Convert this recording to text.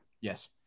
Yes